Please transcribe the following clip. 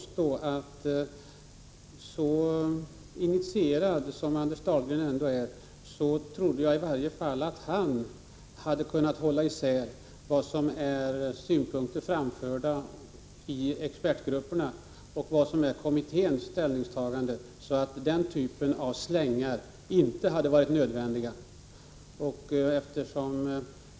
Så initierad som Anders Dahlgren ändå är, trodde jag att i varje fall han kunde hålla isär vad som är expertgruppernas synpunkter och vad som är kommitténs ställningstagande. Då hade det inte varit nödvändigt med den här typen av slängar.